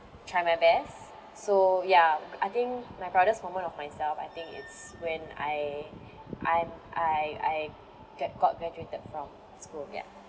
try my best so ya I think my proudest moment of myself I think it's when I I'm I I get got graduated from school ya